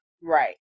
right